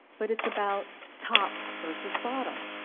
but it's about top versus bottom.